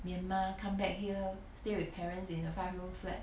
myanmar come back here stay with parents in a five room flat